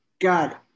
God